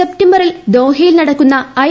സെപ്തംബറിൽ ദോഹയിൽ നടക്കുന്ന ഐ